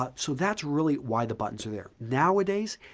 ah so that's really why the buttons are there. nowadays,